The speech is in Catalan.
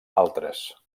altres